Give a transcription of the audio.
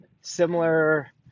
similar